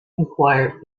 inquired